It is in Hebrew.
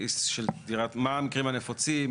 מה המקרים הנפוצים?